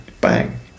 bang